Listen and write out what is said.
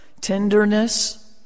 tenderness